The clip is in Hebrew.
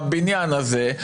הבניין הזה,